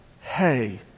hey